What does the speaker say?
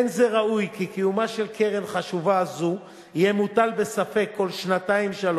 ואין זה ראוי כי קיומה של קרן חשובה זו יהיה מוטל בספק כל שנתיים-שלוש.